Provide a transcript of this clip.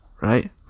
right